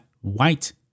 white